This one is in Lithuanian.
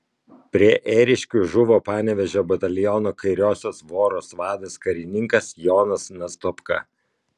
prie ėriškių žuvo panevėžio bataliono kairiosios voros vadas karininkas jonas nastopka